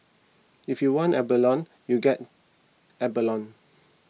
if you want abalone you get abalone